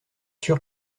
sûr